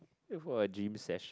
wait for a gym sess~